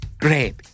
Great